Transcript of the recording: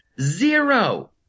Zero